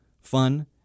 fun